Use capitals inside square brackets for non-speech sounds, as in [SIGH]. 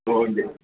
[UNINTELLIGIBLE]